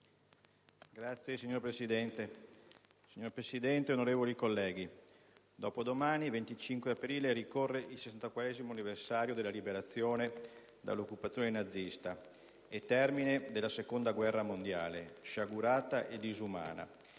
VACCARI *(LNP)*. Signor Presidente, onorevoli colleghi, dopodomani, 25 aprile, ricorre il 64° anniversario della Liberazione dall'occupazione nazista e termine della seconda guerra mondiale, sciagurata e disumana,